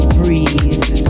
breathe